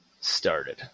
started